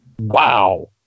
Wow